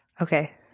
okay